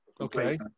Okay